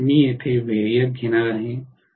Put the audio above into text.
मी येथे व्हेरिएक घेणार आहे